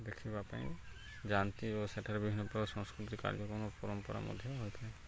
ଦେଖିବା ପାଇଁ ଯାଆନ୍ତି ଓ ସେଠାରେ ବିଭିନ୍ନ ପ୍ରକାର ସଂସ୍କୃତିକ କାର୍ଯ୍ୟକ୍ରମ ଓ ପରମ୍ପରା ମଧ୍ୟ ହୋଇଥାଏ